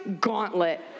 gauntlet